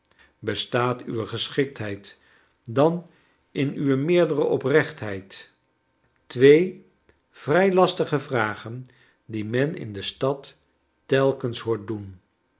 bestaat uwe geschiktheid dan in uwe meerdere oprechtheid twee vrij lastige vragen die men in de stad telkens hoort doen